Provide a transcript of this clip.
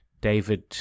David